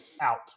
out